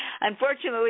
Unfortunately